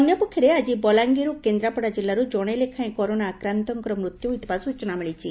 ଅନ୍ୟପକ୍ଷରେ ଆଜି ବଲାଙ୍ଗୀର ଓ କେନ୍ଦ୍ରାପଡା ଜିଲ୍ଲାରୁ ଜଣେ ଲେଖାଏଁ କରୋନା ଆକ୍ରାନ୍ଡଙ୍କ ମୃତ୍ୟୁ ହୋଇଥିବା ସୂଚନା ମିଳିଛି